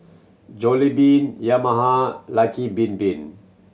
Jollibean Yamaha Lucky Bin Bin